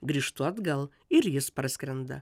grįžtu atgal ir jis parskrenda